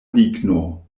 ligno